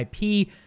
IP